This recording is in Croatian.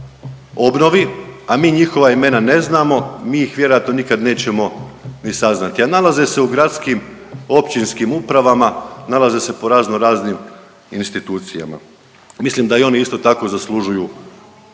a mi njihova imena ne znamo, mi ih vjerojatno nikad nećemo ni saznati, a nalaze se u gradskim i općinskim upravama, nalaze se po razno raznim institucijama, mislim da oni isto tako zaslužuju podršku.